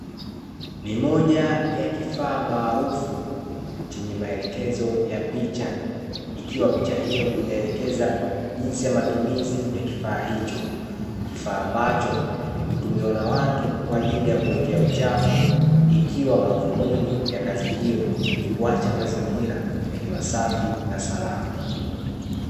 Ni moja ya kifaa maarufu chenye maelekezo ya picha, ikiwa picha hiyo inaelekeza jinsi ya matumizi ya kifaa hicho, kifaa ambacho hutumiwa na watu kwa ajili ya kuwekea uchafu, ikiwa madhumuni ya kazi hiyo ni kuacha mazingira yakiwa safi na salama.